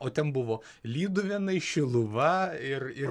o ten buvo lyduvėnai šiluva ir ir